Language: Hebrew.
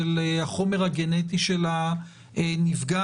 של החומר הגנטי של הנפגעת,